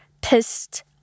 pissed